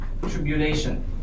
Tribulation